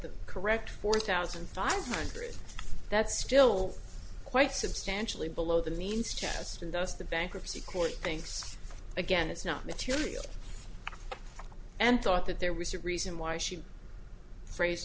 the correct four thousand five hundred that's still quite substantially below the means test and does the bankruptcy court thanks again it's not material and thought that there was a reason why she phrase